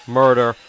murder